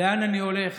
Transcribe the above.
לאן אני הולך,